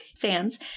fans